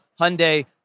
Hyundai